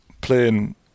playing